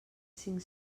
cinc